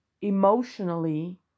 emotionally